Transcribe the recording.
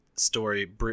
story